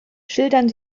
schildern